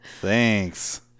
thanks